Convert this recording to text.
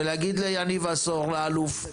ולהגיד ליניב עשור לאלוף,